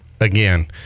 again